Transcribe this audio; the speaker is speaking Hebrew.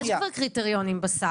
אבל יש כבר קריטריונים בסל.